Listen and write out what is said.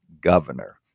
governor